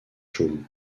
chaume